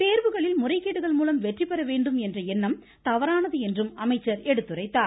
தேர்வுகளில் முறைகேடுகள் மூலம் வெற்றிபெற வேண்டும் என்ற எண்ணம் தவறானது என்றும் அமைச்சர் எடுத்துரைத்தார்